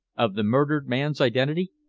of the murdered man's identity?